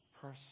person